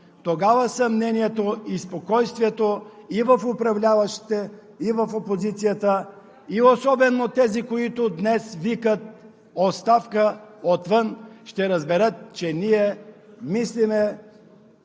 тогава при съмнението или спокойствието и в управляващите, и в опозицията, особено у тези, които днес викат отвън: „Оставка!“, ще разберат, че ние мислим